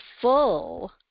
full